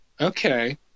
Okay